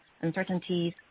uncertainties